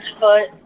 foot